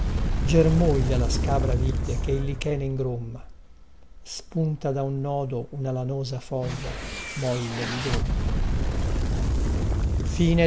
germoglia la scabra vite che il lichene ingromma spunta da un nodo una lanosa foglia molle di gomma